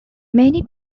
many